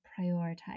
prioritize